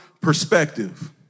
perspective